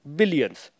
billions